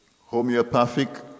homeopathic